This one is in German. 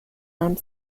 einem